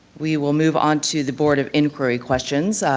we will move on to the board of inquiry questions.